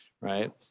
right